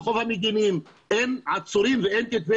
ברחוב המגינים אין עצורים ואין כתבי